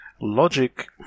Logic